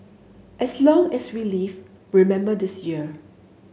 as long as we live remember this year